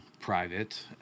private